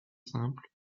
simple